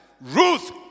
Ruth